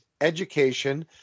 education